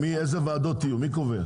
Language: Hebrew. באיזה וועדות יהיו, מי קובע?